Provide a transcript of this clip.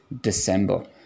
December